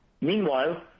Meanwhile